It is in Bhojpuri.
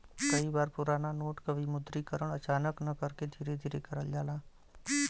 कई बार पुराना नोट क विमुद्रीकरण अचानक न करके धीरे धीरे करल जाला